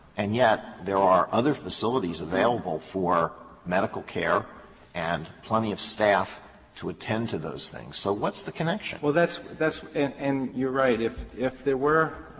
and yet there are other facilities available for medical care and plenty of staff to attend to those things. so what's the connection? specter well, that's that's and you're right. if if there were